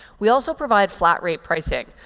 we also provide flat rate pricing.